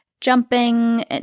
jumping